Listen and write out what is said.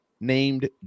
named